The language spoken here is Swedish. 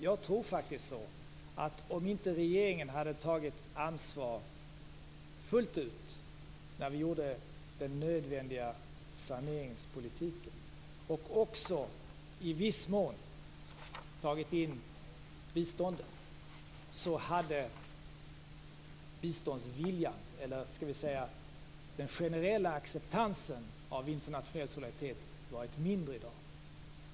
Jag tror faktiskt att om inte regeringen hade tagit ansvar fullt ut när vi genomförde den nödvändiga saneringspolitiken och också, i viss mån, tagit med biståndet, så hade den generella acceptansen av internationell solidaritet varit mindre i dag.